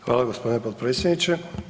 Hvala gospodine potpredsjedniče.